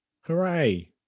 Hooray